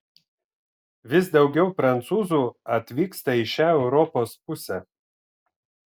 vis daugiau prancūzų atvyksta į šią europos pusę